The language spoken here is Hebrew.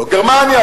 לא גרמניה,